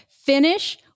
Finish